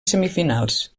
semifinals